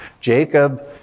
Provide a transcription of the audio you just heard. Jacob